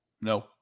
No